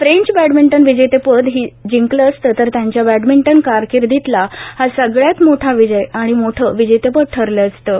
French badminton विजेतेपद ही जिंकलं असतं तर त्यांच्या बॅडमिंटन कारकिर्दीतला हा सगळ्यात मोठा विजय आणि मोठं विजेतेपद ठरलं असतं